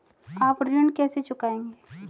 आप ऋण कैसे चुकाएंगे?